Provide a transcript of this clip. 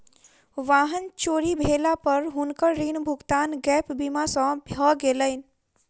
वाहन चोरी भेला पर हुनकर ऋण भुगतान गैप बीमा सॅ भ गेलैन